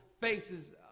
faces